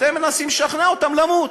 אתם מנסים לשכנע אותם למות.